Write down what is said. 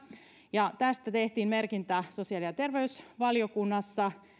tästä tehtiin merkintä sosiaali ja terveysvaliokunnassa